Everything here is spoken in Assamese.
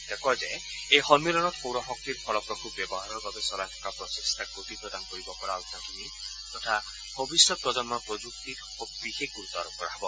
তেওঁ কয় যে এই সম্মিলনত সৌৰশক্তিৰ ফলপ্ৰসূ ব্যৱহাৰৰ বাবে চলাই থকা প্ৰচেষ্টাক গতি প্ৰদান কৰিব পৰা অত্যাধুনিক তথা ভৱিষ্যত প্ৰজন্মৰ প্ৰযুক্তিত বিশেষ গুৰুত্ব আৰোপ কৰা হ'ব